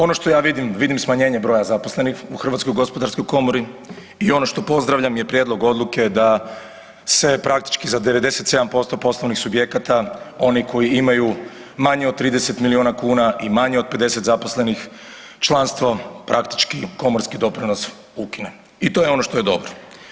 Ono što ja vidim, vidim smanjenje broja zaposlenih u HGK-u i ono što pozdravljam je prijedlog odluke da se praktički za 97% poslovnih subjekata oni koji imaju manje od 30 milijuna kuna i manje od 50 zaposlenih, članstvo praktički komorski doprinos ukine i to je ono što je dobro.